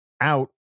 out